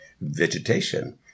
vegetation